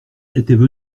étaient